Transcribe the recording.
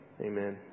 Amen